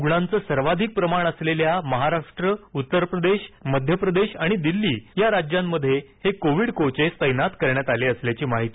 रुग्णांचं सर्वाधिक प्रमाण असलेल्या महाराष्ट्र उत्तर प्रदेश मध्य प्रदेश आणि दिल्ली या राज्यांमध्ये हे कोविड कोचेस तैनात करण्यात आले असल्याची माहिती रेल्वे खात्यानं दिली आहे